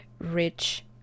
rich